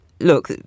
look